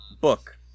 book